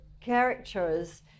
characters